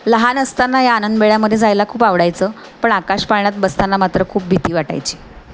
लहान असताना या आनंदमेळ्यामध्ये जायला खूप आवडायचं पण आकाश पाळण्यात बसताना मात्र खूप भीती वाटायची